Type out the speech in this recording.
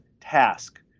task